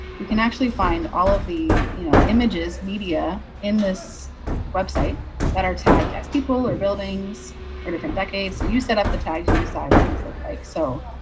you can actually find all of the, you know, images media in this website that are tagged as people are buildings are different decades. so you set up the tags you decide what these look like so.